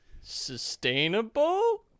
sustainable